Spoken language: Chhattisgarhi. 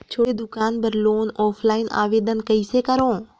छोटे दुकान बर लोन ऑफलाइन आवेदन कइसे करो?